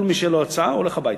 כל מי שאין לו הצעה הולך הביתה.